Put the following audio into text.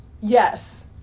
Yes